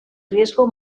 riesgo